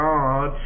God